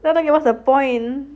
then I'm thinking like what's the point